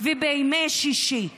ובימי שישי ושבת.